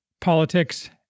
politics